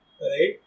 right